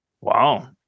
Wow